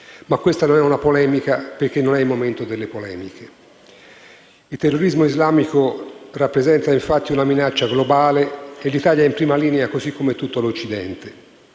ma questa non è una polemica, perché non è il momento delle polemiche. Il terrorismo islamico rappresenta infatti una minaccia globale e l'Italia è in prima linea così come tutto l'Occidente.